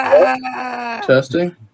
Testing